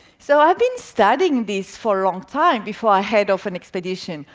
so i've been studying this for a long time before i head off an expedition.